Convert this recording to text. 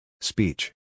Speech